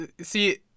See